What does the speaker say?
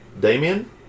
Damien